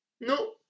No